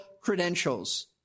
credentials